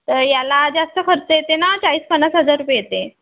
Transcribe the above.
तर याला जास्त खर्च येते ना चाळीस पन्नास हजार रुपये येते